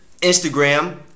Instagram